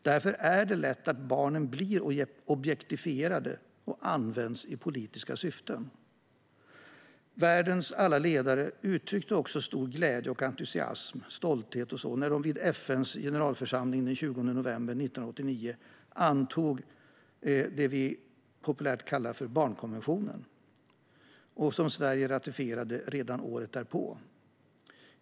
Det är därför lätt att barn blir objektifierade och används i politiska syften. Världens alla ledare uttryckte också stor glädje, entusiasm och stolthet när de i FN:s generalförsamling den 20 november 1989 antog det som vi populärt kallar för barnkonventionen. Sverige ratificerade den redan året därpå.